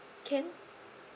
can